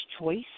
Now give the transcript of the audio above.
choice